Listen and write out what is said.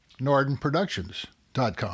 NordenProductions.com